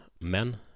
men